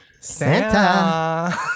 Santa